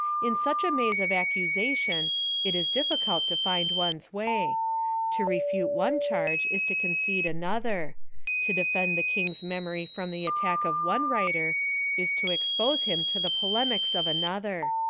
in such a maze of accusation it is difficult to find one's way to refute one charge is to concede another to defend the king's memory from the attack of one writer is to expose him to the polemics of another.